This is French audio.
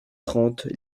trente